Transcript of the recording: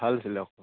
ভাল আছিলে আকৌ